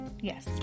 Yes